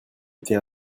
été